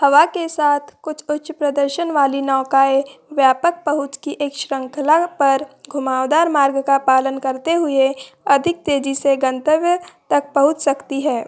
हवा के साथ कुछ उच्च प्रदर्शन वाली नौकाएं व्यापक पहुंच की एक श्रृंखला पर घुमावदार मार्ग का पालन करते हुए अधिक तेज़ी से गंतव्य तक पहुंच सकती हैं